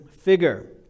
Figure